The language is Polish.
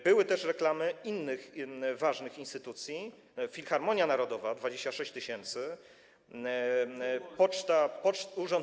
Były też reklamy innych ważnych instytucji: Filharmonia Narodowa - 26 tys., Urząd.